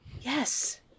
Yes